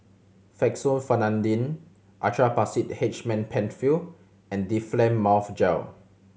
Fexofenadine Actrapid H man Penfill and Difflam Mouth Gel